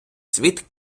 світ